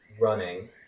Running